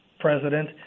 President